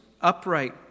upright